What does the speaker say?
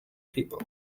people